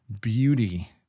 beauty